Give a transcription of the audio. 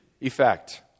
effect